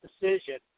decision